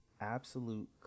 absolute